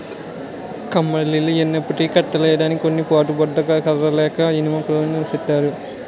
కమ్మలిల్లు యెన్నుపట్టి కట్టులెయ్యడానికి ఎన్ని పోటు బద్ద ని కర్ర లేక ఇనుము తోని సేత్తారు